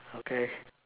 okay